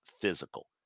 physical